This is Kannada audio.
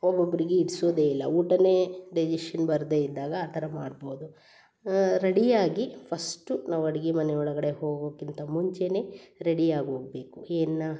ಒಬ್ಬೊಬ್ಬರಿಗೆ ಹಿಡ್ಸೊದೇ ಇಲ್ಲ ಊಟನೇ ಡೈಜೇಶನ್ ಬರ್ದೇ ಇದ್ದಾಗ ಆ ಥರ ಮಾಡ್ಬೋದು ರೆಡಿಯಾಗಿ ಫಸ್ಟು ನಾವು ಅಡಿಗೆ ಮನೆ ಒಳಗಡೆ ಹೋಗೋಕ್ಕಿಂತ ಮುಂಚೆಯೇ ರೆಡಿ ಆಗಿ ಹೋಗ್ಬೇಕು ಏನು ನಾ